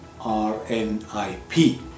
RNIP